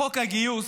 חוק הגיוס,